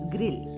Grill